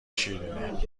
شیرینه